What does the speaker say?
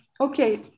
okay